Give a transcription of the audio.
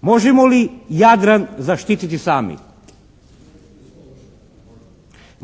Možemo li Jadran zaštititi sami?